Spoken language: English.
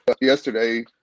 yesterday